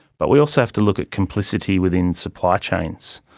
but we also have to look at complicity within supply chains.